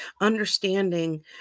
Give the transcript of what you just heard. Understanding